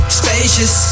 spacious